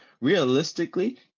realistically